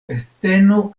festeno